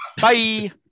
Bye